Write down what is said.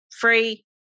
free